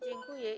Dziękuję.